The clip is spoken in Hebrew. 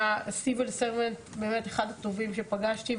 איש שירות מדינה אחד הטובים שפגשתי,